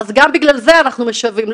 אז גם בגלל זה אנחנו משוועים,